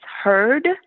heard